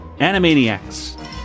Animaniacs